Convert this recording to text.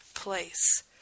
place